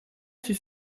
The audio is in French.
fut